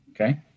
okay